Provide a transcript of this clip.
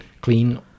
clean